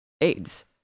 AIDS